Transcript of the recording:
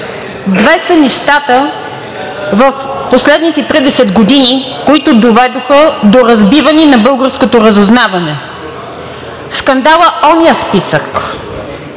Две са нещата в последните 30 години, които доведоха до разбиване на българското разузнаване – скандалът „оня списък“,